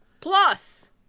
Plus